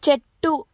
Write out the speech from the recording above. చెట్టు